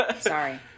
Sorry